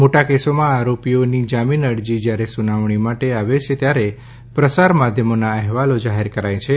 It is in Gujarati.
મોટા કેસોમાં આરોપીની જામીન અરજી જ્યારે સુનાવણી માટે આવે છે ત્યારે પ્રસાર માધ્યમોના અહેવાલો જાહેર કરાય છે